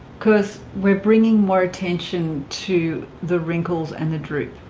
because we're bringing more attention to the wrinkles and the droop